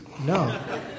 No